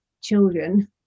children